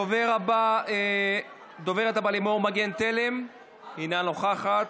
הדוברת הבאה, לימור מגן תלם, אינה נוכחת,